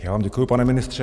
Já vám děkuji, pane ministře.